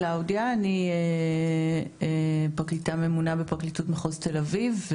אני פרקליטה ממונה בפרקליטות מחוז תל אביב.